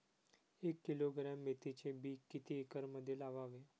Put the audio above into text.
एक किलोग्रॅम मेथीचे बी किती एकरमध्ये लावावे?